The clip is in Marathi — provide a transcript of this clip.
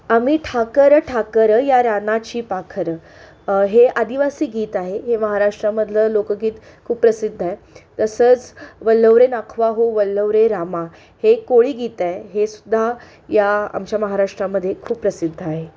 आम्ही ठाकरं ठाकरं या रानाची पाखरं हे आदिवासी गीत आहे हे महाराष्ट्रामधलं लोकगीत खूप प्रसिद्ध आहे तसंच वल्हव रे नाखवा हो वल्हव रे रामा हे कोळी गीत आहे हे सुद्धा या आमच्या महाराष्ट्रामध्ये खूप प्रसिद्ध आहे